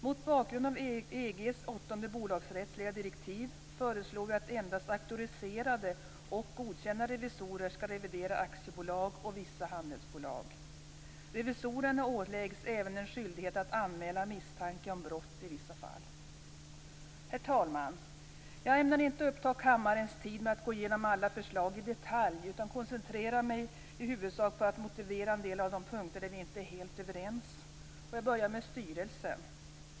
Mot bakgrund av EG:s åttonde bolagsrättsliga direktiv föreslår vi att endast auktoriserade och godkända revisorer skall revidera aktiebolag och vissa handelsbolag. Revisorerna åläggs även en skyldighet att anmäla misstanke om brott i vissa fall. Herr talman! Jag ämnar inte uppta kammarens tid med att gå igenom alla förslag i detalj, utan koncentrerar mig i huvudsak på att motivera en del av de punkter där vi inte är helt överens. Jag börjar med styrelsen.